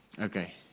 Okay